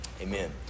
Amen